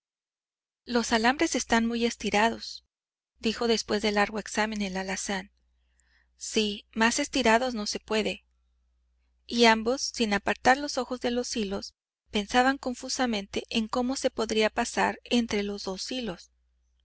los caballos los alambres están muy estirados dijo después de largo examen el alazán sí más estirados no se puede y ambos sin apartar los ojos de los hilos pensaban confusamente en cómo se podría pasar entre los dos hilos